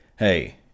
Hey